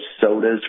sodas